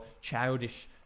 childish